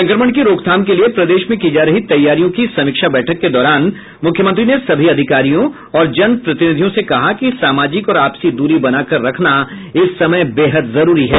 संक्रमण की रोकथाम के लिये प्रदेश में की जा रही तैयारियों की समीक्षा बैठक के दौरान मुख्यमंत्री ने सभी अधिकारियों और जन प्रतिनिधियों से कहा कि सामाजिक और आपसी दूरी बनाकर रखना इस समय बेहद जरूरी है